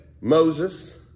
Moses